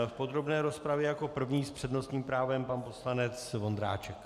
V podrobné rozpravě jako první s přednostním právem pan poslanec Vondráček.